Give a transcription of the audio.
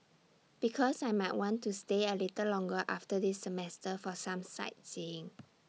because I might want to stay A little longer after this semester for some sightseeing